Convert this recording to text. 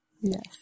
Yes